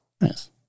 Yes